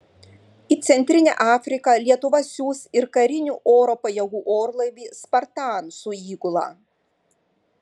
į centrinę afriką lietuva siųs ir karinių oro pajėgų orlaivį spartan su įgula